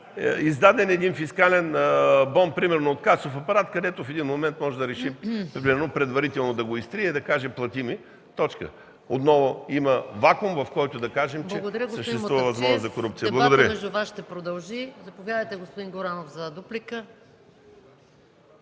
издаден един фискален бон от касов апарат, където в един момент може да реши предварително да го изтрие и да каже: „плати ми” и точка! Отново има вакуум, в който да кажем, че съществува възможност за корупция. Благодаря